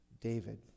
David